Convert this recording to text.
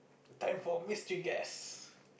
time for mystery guess